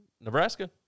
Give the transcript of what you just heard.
Nebraska